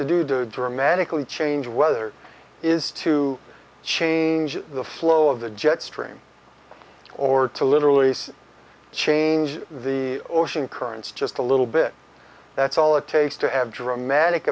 to do to dramatically change weather is to change the flow of the jet stream or to literally change the ocean currents just a little bit that's all it takes to have dramatic